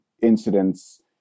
incidents